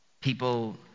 People